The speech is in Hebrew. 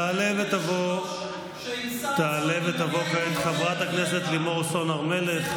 תעלה ותבוא כעת חברת הכנסת לימור סון הר מלך.